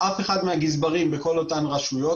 אף אחד מהגזברים בכל אותן רשויות,